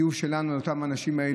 תיעוב שלנו לאותם אנשים,